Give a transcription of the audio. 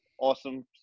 Awesome